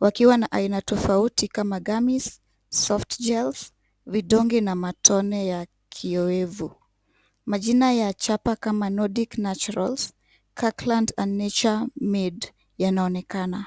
Wakiwa na aina tofauti kama Gammies, Soft gel's vidonge na matone ya kiowevu. Majina ya chapa kama Nordic Naturals Circulant and Nature Med yanaonekana.